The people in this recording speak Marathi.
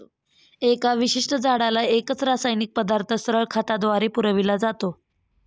एका विशिष्ट झाडाला एकच रासायनिक पदार्थ सरळ खताद्वारे पुरविला जातो